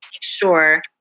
sure